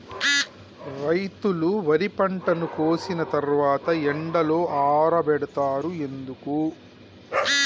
రైతులు వరి పంటను కోసిన తర్వాత ఎండలో ఆరబెడుతరు ఎందుకు?